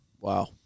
Wow